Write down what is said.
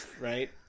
right